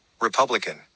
Republican